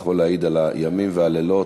יכול להעיד על הימים והלילות,